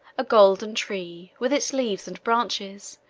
a golden tree, with its leaves and branches,